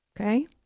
okay